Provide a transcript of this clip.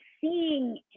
seeing